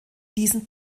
diesen